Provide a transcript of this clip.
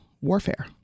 warfare